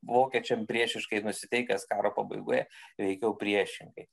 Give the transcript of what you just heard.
vokiečiam priešiškai nusiteikęs karo pabaigoje veikiau priešingai